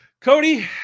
Cody